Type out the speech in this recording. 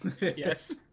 Yes